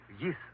Yes